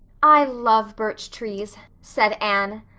i love birch trees, said anne,